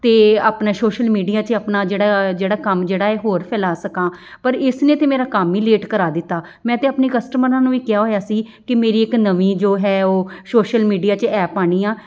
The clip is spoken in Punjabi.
ਅਤੇ ਆਪਣਾ ਸੋਸ਼ਲ ਮੀਡੀਆ 'ਚ ਆਪਣਾ ਜਿਹੜਾ ਜਿਹੜਾ ਕੰਮ ਜਿਹੜਾ ਇਹ ਹੋਰ ਫੈਲਾ ਸਕਾਂ ਪਰ ਇਸਨੇ ਤਾਂ ਮੇਰਾ ਕੰਮ ਹੀ ਲੇਟ ਕਰਾ ਦਿੱਤਾ ਮੈਂ ਤਾਂ ਆਪਣੇ ਕਸਟਮਰਾਂ ਨੂੰ ਵੀ ਕਿਹਾ ਹੋਇਆ ਸੀ ਕਿ ਮੇਰੀ ਇੱਕ ਨਵੀਂ ਜੋ ਹੈ ਉਹ ਸੋਸ਼ਲ ਮੀਡੀਆ 'ਚ ਐਪ ਆਉਣੀ ਆ